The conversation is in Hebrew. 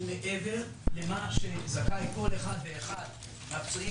הוא מעבר למה שזכאי כל אחד ואחד מן הפצועים